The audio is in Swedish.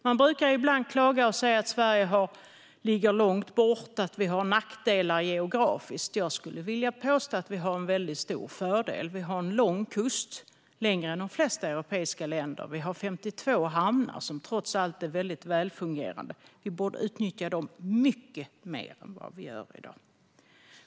Man brukar ibland klaga och säga att Sverige ligger långt bort och att vi har en geografisk nackdel. Jag vill påstå att vi har stor fördel. Vi har en lång kust, längre än de flesta europeiska länder. Vi har 52 hamnar, som trots allt är väldigt välfungerande, och vi borde utnyttja dem mycket mer än vad vi gör i dag.